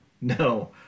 No